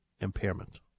impairment